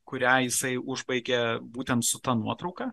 kurią jisai užbaigia būtent su ta nuotrauka